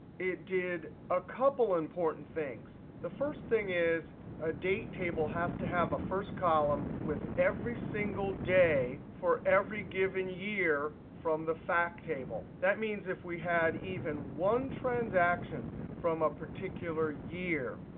it did a couple of important things. the first thing is a date table has to have a first column with every single day for every given year from the fact table. that means if we had even one transaction from a particular year,